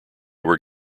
were